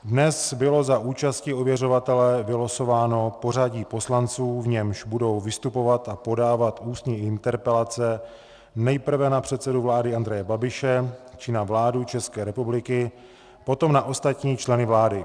Dnes bylo za účasti ověřovatele vylosováno pořadí poslanců, v němž budou vystupovat a podávat ústní interpelace nejprve na předsedu vlády Andreje Babiše či na vládu České republiky, potom na ostatní členy vlády.